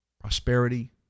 prosperity